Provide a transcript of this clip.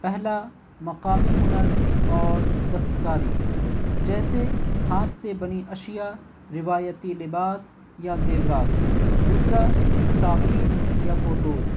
پہلا مقامی ہنر اور دستکاری جیسے ہاتھ سے بنی اشیاء روایتی لباس یا زیورات دوسرا تصاویر یا فوٹوز